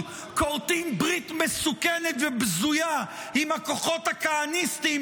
כורתות ברית מסוכנת ובזויה עם הכוחות הכהניסטים,